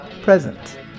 present